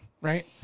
Right